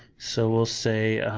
so we'll say,